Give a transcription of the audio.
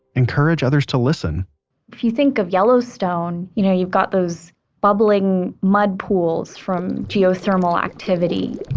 encourage others to listen if you think of yellowstone, you know you've got those bubbling mud pools from geothermal activity.